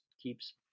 keeps